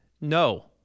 No